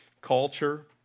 Culture